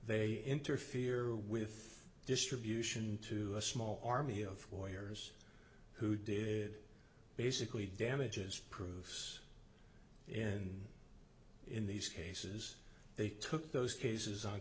interfere with distribution to a small army of lawyers who did basically damages proofs and in these cases they took those cases on